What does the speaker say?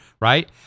right